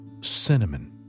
cinnamon